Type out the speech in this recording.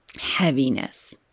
heaviness